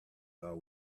are